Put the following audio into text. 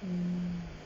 mm